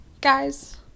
guys